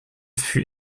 fut